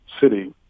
city